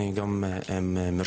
וגם אני מ"מרשם".